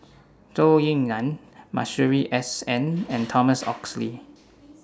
Zhou Ying NAN Masuri S N and Thomas Oxley